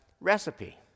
recipe